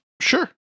Sure